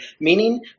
meaning